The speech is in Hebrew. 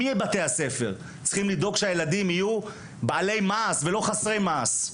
מבתי הספר צריך לדאוג שהילדים יהיו בעלי מעש ולא חסרי מעש.